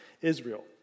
Israel